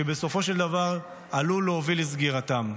שבסופו של דבר עלולות להוביל לסגירתם.